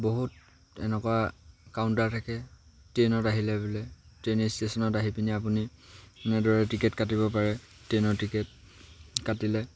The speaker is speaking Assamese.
বহুত এনেকুৱা কাউণ্টাৰ থাকে ট্ৰেইনত আহিলে বোলে ট্ৰেইন ষ্টেচনত আহি পিনি আপুনি এনেদৰে টিকেট কাটিব পাৰে ট্ৰেইনৰ টিকেট কাটিলে